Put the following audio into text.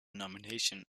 nomination